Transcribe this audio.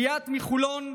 ליאת מחולון,